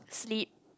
sleep